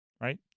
right